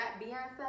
Beyonce